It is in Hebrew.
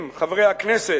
אם, חברי הכנסת,